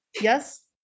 Yes